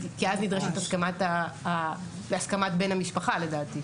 כי אז נדרש בהסכמת בן המשפחה לדעתי.